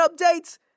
updates